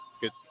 good